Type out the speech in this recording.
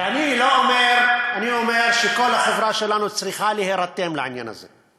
ואני אומר שכל החברה שלנו צריכה להירתם לעניין הזה.